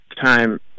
time